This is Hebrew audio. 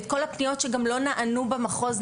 את כל הפניות שגם לא נענו במחוז.